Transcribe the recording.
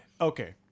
Okay